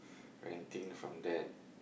renting from that